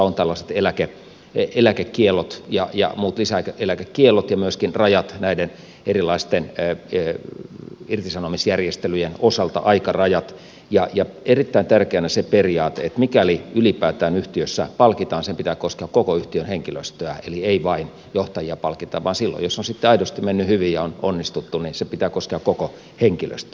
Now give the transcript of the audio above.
siellä muun muassa on tällaiset eläkekiellot ja muut lisäeläkekiellot ja myöskin rajat näiden erilaisten irtisanomisjärjestelyjen osalta aikarajat ja erittäin tärkeänä se periaate että mikäli ylipäätään yhtiössä palkitaan sen pitää koskea koko yhtiön henkilöstöä eli ei vain johtajia palkita vaan silloin jos on sitten aidosti mennyt hyvin ja on onnistuttu niin sen pitää koskea koko henkilöstöä